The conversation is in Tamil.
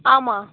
ஆமாம்